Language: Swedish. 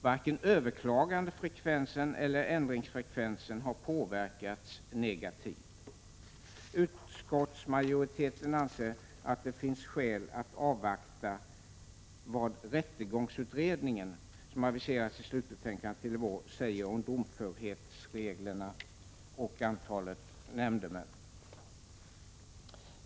Varken överklagandefrekvensen eller ändringsfrekvensen har påverkats negativt. Utskottsmajoriteten anser att det finns skäl att avvakta vad rättegångsutredningen, som aviserat sitt slutbetänkande till i vår, säger om domförhetsreglerna och antalet nämndemän.